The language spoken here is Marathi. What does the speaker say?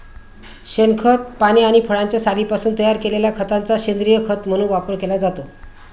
शेणखत, पाने आणि फळांच्या सालींपासून तयार केलेल्या खताचा सेंद्रीय खत म्हणून वापर केला जातो